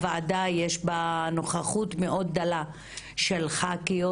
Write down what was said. בוועדה יש נוכחות מאוד דלה של ח"כיות